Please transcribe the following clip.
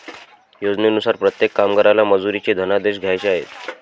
योजनेनुसार प्रत्येक कामगाराला मजुरीचे धनादेश द्यायचे आहेत